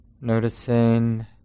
noticing